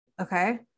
Okay